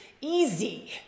easy